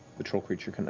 the troll creature kind of